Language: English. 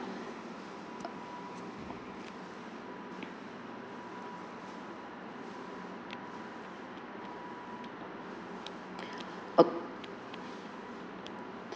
oh